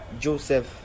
joseph